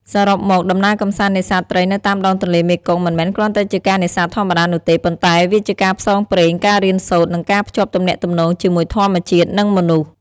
សរុបមក ដំណើរកម្សាន្តនេសាទត្រីនៅតាមដងទន្លេមេគង្គ មិនមែនគ្រាន់តែជាការនេសាទធម្មតានោះទេ ប៉ុន្តែវាជាការផ្សងព្រេង ការរៀនសូត្រ និងការភ្ជាប់ទំនាក់ទំនងជាមួយធម្មជាតិនិងមនុស្ស។